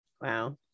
Wow